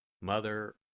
Mother